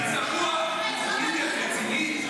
אתם מנותקים.